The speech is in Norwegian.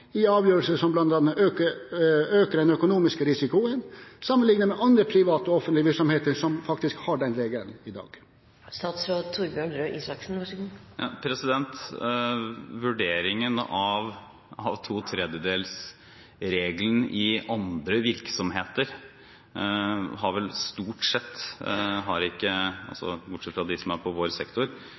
i avgjørelser som bl.a. øker den økonomiske risikoen, sammenlignet med andre private og offentlige virksomheter, som faktisk har den regelen i dag? Vurderingen av to tredjedels-regelen i andre virksomheter har jeg vel stort sett – bortsett fra dem som er i vår sektor